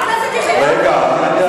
ועדת העבודה והרווחה.